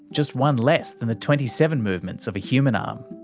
just one less than the twenty seven movements of a human um